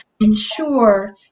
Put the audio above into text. ensure